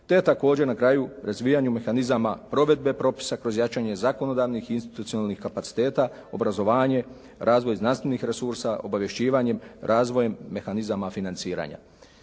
Te također na kraju razvijanju mehanizama provedbe propisa kroz jačanje zakonodavnih i institucionalnih kapaciteta, obrazovanje, razvoj znanstvenih resursa, obavješćivanjem, razvojem mehanizama financiranja.